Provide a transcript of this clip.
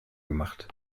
gemacht